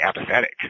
apathetic